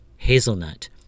Hazelnut